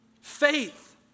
Faith